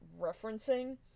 referencing